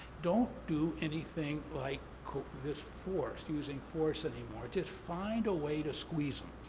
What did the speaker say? don't do anything like this force, using force anymore, just find a way to squeeze